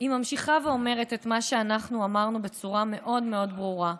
היא ממשיכה ואומרת את מה שאנחנו אמרנו בצורה מאוד מאוד ברורה,